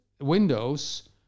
windows